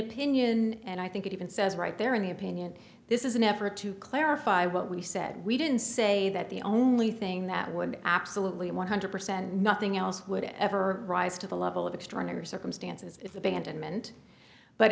opinion and i think it even says right there in the opinion this is an effort to clarify what we said we didn't say that the only thing that would absolutely one hundred percent nothing else would ever rise to the level of extraordinary circumstances abandonment but